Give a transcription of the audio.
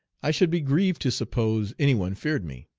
i should be grieved to suppose any one feared me.